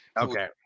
Okay